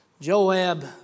Joab